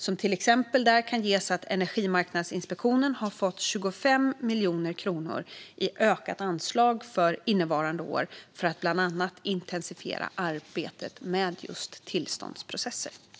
Som exempel har Energimarknadsinspektionen fått 25 miljoner kronor i ökat anslag för innevarande år för att bland annat intensifiera arbetet med just tillståndsprocesser.